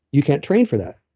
you can't train for that.